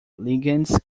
ligands